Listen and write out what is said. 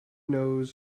knows